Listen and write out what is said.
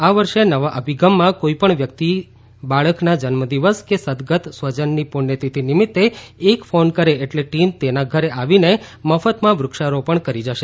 આ વર્ષ નવા અભિગમમાં કોઇપણ વ્યક્તિ બાળકના જન્મદિવસ કે સદગત સ્વજનની પુષ્યતિથી નિમિત્તે એક ફોન કરે એટલે ટીમ તેમના ઘરે આવીને મફતમાં વૃક્ષારોપણ કરી જશે